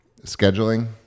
scheduling